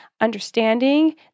understanding